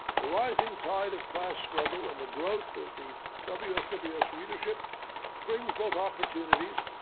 the rising tide of class struggle and the growth of the wsws wsws readership brings both opportunities,